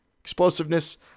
explosiveness